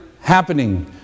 happening